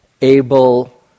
able